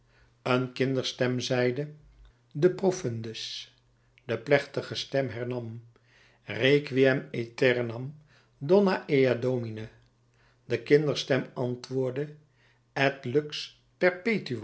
een kinderstem zeide de profundis de plechtige stem hernam requiem aeternam dona ei domine de kinderstem antwoordde et